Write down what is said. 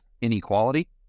inequality